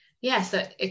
Yes